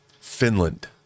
finland